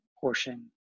portion